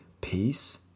peace